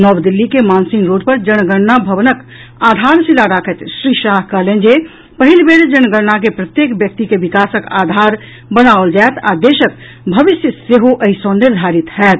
नव दिल्ली के मानसिंह रोड पर जनगणना भवनक आधारशिला राखैत श्री शाह कहलनि जे पहिल बेर जनगणना के प्रत्येक व्यक्ति के विकासक आधार बनाओल जायत आ देशक भविष्य सेहो एहि सॅ निर्धारित होयत